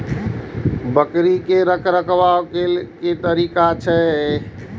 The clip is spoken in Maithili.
बकरी के रखरखाव के कि तरीका छै?